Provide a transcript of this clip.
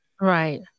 right